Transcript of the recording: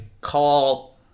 call